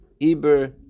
Iber